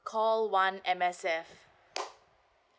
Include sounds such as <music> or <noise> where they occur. call one M_S_F <noise>